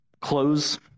close